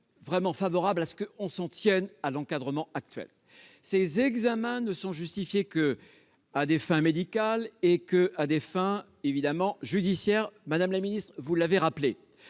vraiment favorable à ce que l'on s'en tienne à l'encadrement actuel. Ces examens ne sont justifiés qu'à des fins médicales et, évidemment, judiciaires, vous l'avez rappelé,